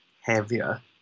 heavier